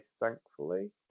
thankfully